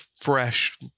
fresh